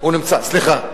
הוא נמצא כאן.